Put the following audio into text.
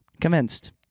Commenced